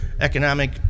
economic